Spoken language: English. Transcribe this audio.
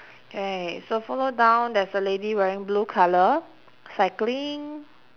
K so follow down there's a lady wearing blue colour cycling